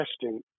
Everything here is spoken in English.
testing